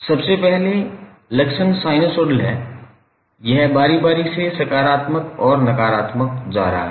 सबसे पहले लक्षण साइनोसॉइडल है यह बारी बारी से सकारात्मक और नकारात्मक जा रहा है